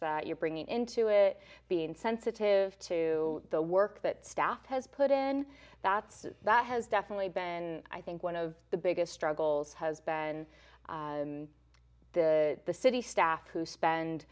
that you're bringing into it being sensitive to the work that staff has put in that's that has definitely been i think one of the biggest struggles has been the city staff who spend